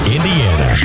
Indiana